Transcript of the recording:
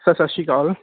sir ਸਤਿ ਸ਼੍ਰੀ ਅਕਾਲ